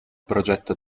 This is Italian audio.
progetto